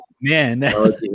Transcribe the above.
Man